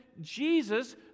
Jesus